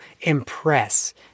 impress